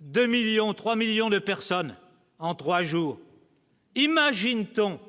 2 millions, 3 millions de personnes en 3 jours. Imagine-t-on